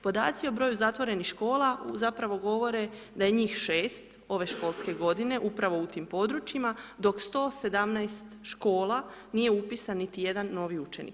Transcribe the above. Podaci o broju zatvorenih škola zapravo govore da je njih 6 ove školske godine upravo u tim područjima, dok 117 škola nije upisan niti jedan novi učenik.